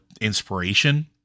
inspiration